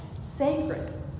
sacred